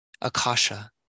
Akasha